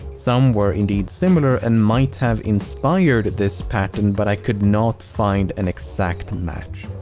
some were indeed similar and might have inspired this pattern, but i could not find an exact match.